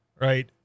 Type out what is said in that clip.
right